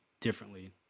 differently